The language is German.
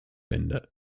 ende